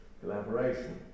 collaboration